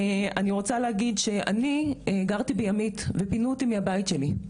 אני רוצה להגיד שאני גרתי בימית ופינו אותי מהבית שלי,